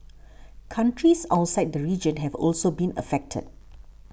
countries outside the region have also been affected